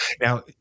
Now